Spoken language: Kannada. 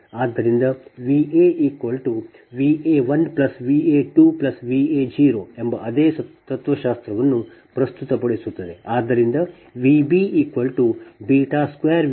ಆದ್ದರಿಂದ V a V a1 V a2 V a0 ಎಂಬ ಅದೇ ತತ್ವಶಾಸ್ತ್ರವನ್ನು ಪ್ರಸ್ತುತಪಡಿಸುತ್ತದೆ